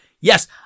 Yes